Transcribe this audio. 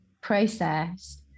process